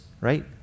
right